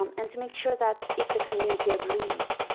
um and to make sure that if the community agrees,